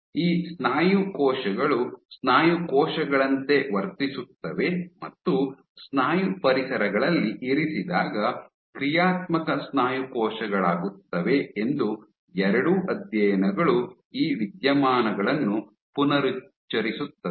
ಈ ಸ್ನಾಯು ಕೋಶಗಳು ಸ್ನಾಯು ಕೋಶಗಳಂತೆ ವರ್ತಿಸುತ್ತವೆ ಮತ್ತು ಸ್ನಾಯು ಪರಿಸರಗಳಲ್ಲಿ ಇರಿಸಿದಾಗ ಕ್ರಿಯಾತ್ಮಕ ಸ್ನಾಯು ಕೋಶಗಳಾಗುತ್ತವೆ ಎಂದು ಎರಡೂ ಅಧ್ಯಯನಗಳು ಈ ವಿದ್ಯಮಾನಗಳನ್ನು ಪುನರುಚ್ಚರಿಸುತ್ತದೆ